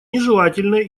нежелательное